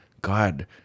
God